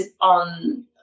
on